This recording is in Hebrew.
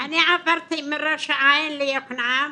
אני עברתי מראש העין ליקנעם,